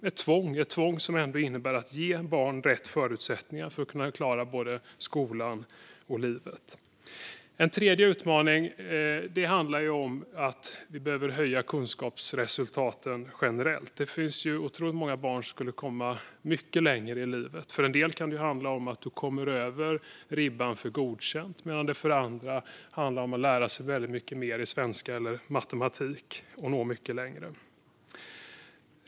Det ska vara ett tvång som ändå innebär att ge barn rätt förutsättningar för att kunna klara både skolan och livet. En tredje utmaning handlar om att vi behöver höja kunskapsresultaten generellt. Det finns otroligt många barn som skulle kunna komma mycket längre i livet. För en del kan det handla om att de kommer över ribban för godkänt medan det för andra handlar om att lära sig väldigt mycket mer i svenska eller matematik och nå mycket längre.